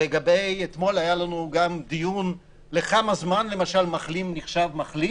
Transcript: אתמול היה לנו דיון בשאלה לכמה זמן מחלים נחשב מחלים,